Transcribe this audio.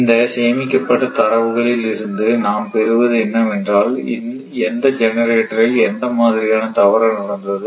இந்த சேமிக்கப்பட்ட தரவுகள் இருந்து நாம் பெறுவது என்னவென்றால் எந்த ஜெனரேட்டரில் என்ன மாதிரியான தவறு நடந்தது